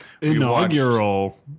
Inaugural